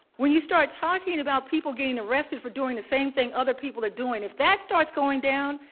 when you start talking about people getting arrested for doing the same thing other people are doing, if that starts going down,